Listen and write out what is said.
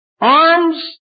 Arms